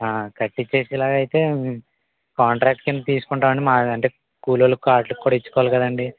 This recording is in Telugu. కట్టించేసేలాగా అయితే కాంట్రాక్ట్ కింద తీసుకుంటాము అండి మా అంటే కులోళ్ళకి కాటుకు కూడా ఇచ్చుకోవాలి కదండీ